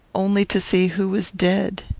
only to see who was dead.